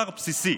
אנדרי,